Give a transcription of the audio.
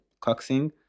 coxing